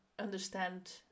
understand